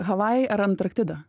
havajai ar antarktida